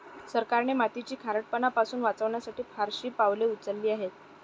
सरकारने मातीचा खारटपणा पासून वाचवण्यासाठी फारशी पावले उचलली आहेत